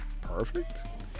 Perfect